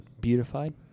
Beautified